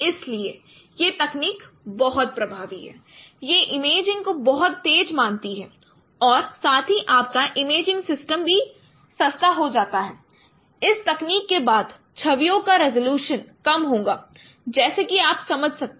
इसलिए यह तकनीक बहुत प्रभावी है यह इमेजिंग को बहुत तेज़ बनाती है और साथ ही आपका इमेजिंग सिस्टम भी सस्ता हो जाता है इस तकनीक के बाद छवियों का रिज़ॉल्यूशन कम होगा जैसा कि आप समझ सकते हैं